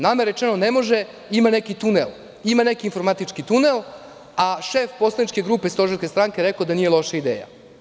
Nama je rečeno – ne može, ima neki tunel, ima neke informatički tunel, a šef poslaničke grupe stožerske stranke je rekao da nije loša ideja.